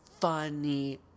funny